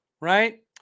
right